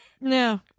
No